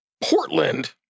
Portland